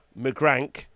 mcgrank